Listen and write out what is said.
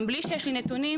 גם מבלי שיהיו לי נתונים,